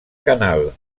canal